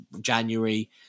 January